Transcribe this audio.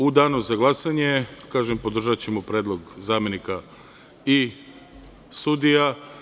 U danu za glasanje, kažem, podržaćemo predlog zamenika i sudija.